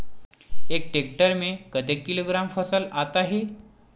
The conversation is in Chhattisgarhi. एक टेक्टर में कतेक किलोग्राम फसल आता है?